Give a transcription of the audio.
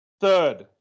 third